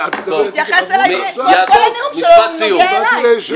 הוא מתייחס אלי, כל הנאום שלו נוגע אלי.